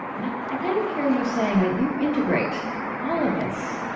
i i kind of hear you saying that you integrate all of this,